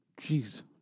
Jeez